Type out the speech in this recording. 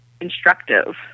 instructive